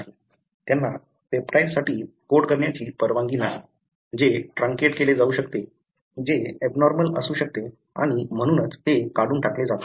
त्यांना पेप्टाइडसाठी कोड करण्याची परवानगी नाही जे ट्रांकेट केले जाऊ शकते जे एबनॉर्मल असू शकते आणि म्हणूनच ते काढून टाकले जातात